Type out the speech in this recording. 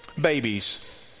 Babies